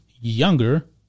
younger